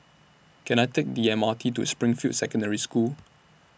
Can I Take The M R T to Springfield Secondary School